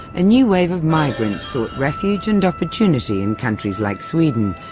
a new wave of migrants sought refuge and opportunity in countries like sweden,